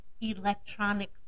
electronic